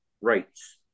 rights